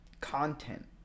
content